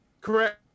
Correct